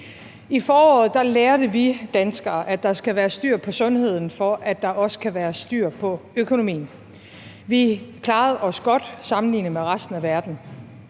I foråret lærte vi danskere, at der skal være styr på sundheden, for at der også kan være styr på økonomien. Vi klarede os godt sammenlignet med resten af verden.